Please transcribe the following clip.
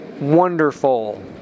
wonderful